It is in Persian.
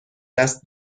دست